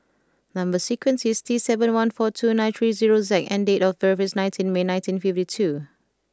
number sequence is T seven one four two nine three zero Z and date of birth is nineteen May nineteen fifty two